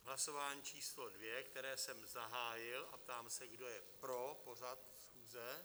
Hlasování číslo 2, které jsem zahájil, a ptám se, kdo je pro pořad schůze?